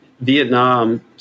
Vietnam